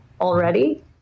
already